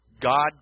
God